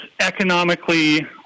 economically